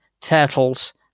Turtles